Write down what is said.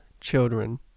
children